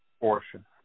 portion